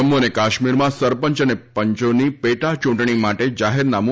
જમ્મુ અને કાશ્મીરમાં સરપંચ અને પંચોની પેટા ચૂંટણી માટે જાહેરનામું